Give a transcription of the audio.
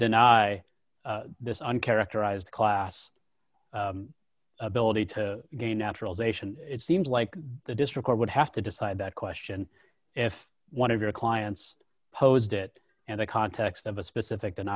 deny this one characterized class ability to gain naturalization it seems like the district would have to decide that question if one of your clients posed it and the context of a specific